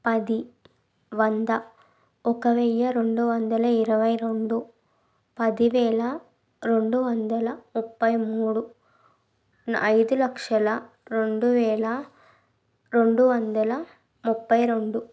పది వంద ఒక వెయ్యి రెండు వందల ఇరవై రెండు పదివేల రెండువందల ముప్పై మూడు న ఐదు లక్షల రెండువేల రెండువందల ముప్పై రెండు